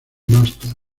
masters